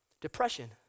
depression